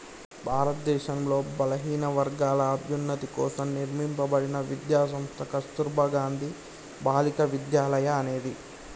భారతదేశంలో బలహీనవర్గాల అభ్యున్నతి కోసం నిర్మింపబడిన విద్యా సంస్థ కస్తుర్బా గాంధీ బాలికా విద్యాలయ అనేది